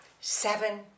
Seven